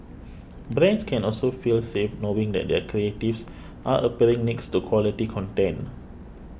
brands can also feel safe knowing that their creatives are appearing next to quality content